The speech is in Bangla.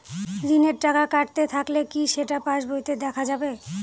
ঋণের টাকা কাটতে থাকলে কি সেটা পাসবইতে দেখা যাবে?